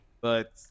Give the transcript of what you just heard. but-